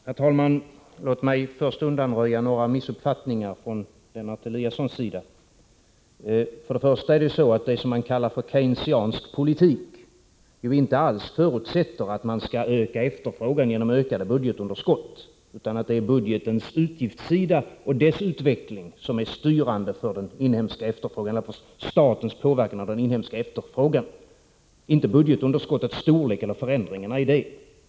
Herr talman! Låt mig först undanröja några missuppfattningar från Ingemar Eliassons sida. Det som man kallar för Keynesiansk politik förutsätter inte alls att man skall öka efterfrågan genom ökade budgetunderskott. Det är budgetens utgiftssida och dess utveckling som är styrande för statens påverkan av den inhemska efterfrågan, inte budgetunderskottets storlek eller förändringarna av det.